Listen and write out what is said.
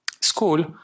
school